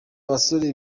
basore